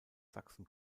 sachsen